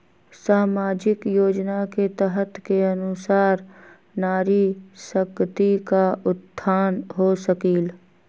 सामाजिक योजना के तहत के अनुशार नारी शकति का उत्थान हो सकील?